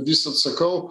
visad sakau